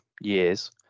years